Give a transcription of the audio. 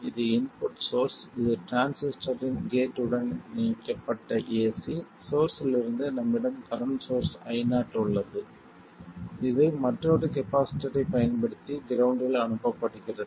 இது input source இது டிரான்சிஸ்டரின் கேட் உடன் இணைக்கப்பட்ட ஏசி சோர்ஸ்ஸிலிருந்து நம்மிடம் கரண்ட் சோர்ஸ் IO உள்ளது இது மற்றொரு கப்பாசிட்டர்ரைப் பயன்படுத்தி கிரவுண்ட்டில் அனுப்பப்படுகிறது